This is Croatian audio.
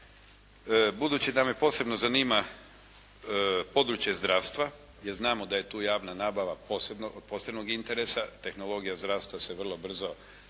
Budući da me posebno zanima područje zdravstva jer znamo da je tu javna nabava od posebnog interesa, tehnologija zdravstva se vrlo brzo razvija